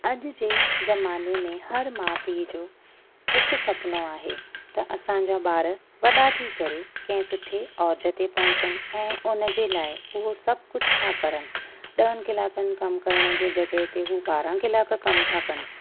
अॼ जे ज़माने में हर माउ पीउ जो हिकु सुपिनो आहे त असांजा ॿार वॾा थी करे कंहिं सुठे औज ते पहुचनि ऐ उन जे लाइ उहो सभु कुझु था करनि ॾह क्लाकनि कमु करण जी जॻहि ते हू ॿारहं क्लाक कम था कनि